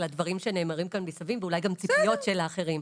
אלא דברים שנאמרים כאן מסביב ואולי גם ציפיות של אחרים,